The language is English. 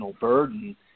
burden